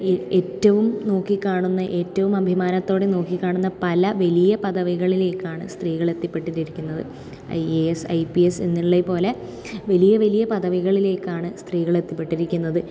ഈ ഏറ്റവും നോക്കിക്കാണുന്ന ഏറ്റവും അഭിമാനത്തോടെ നോക്കിക്കാണുന്ന പല വലിയ പദവികളിലേക്കാണ് സ്ത്രീകൾ എത്തിക്കപ്പെട്ടിരിക്കുന്നത് I A S I P S എന്നുള്ളത് പോലെ വലിയ വലിയ പദവികളിലേക്കാണ് സ്ത്രീകൾ എത്തി നിൽക്കപ്പെട്ടിരിക്കുന്നത്